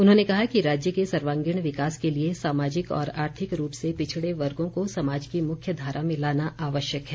उन्होंने कहा कि राज्य के सर्वांगीण विकास के लिए सामाजिक और आर्थिक रूप से पिछड़े वर्गों को समाज की मुख्य धारा में लाना आवश्यक है